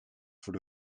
voor